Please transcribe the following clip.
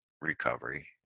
recovery